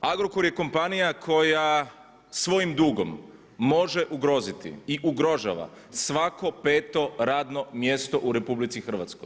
Agrokor je kompanija koja svojim dugom može ugroziti i ugrožava svako peto radno mjesto u RH.